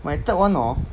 my third one hor